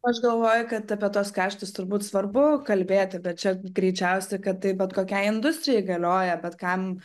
aš galvoju kad apie tuos kaštus turbūt svarbu kalbėti bet čia greičiausiai kad tai bet kokiai industrijai galioja bet kam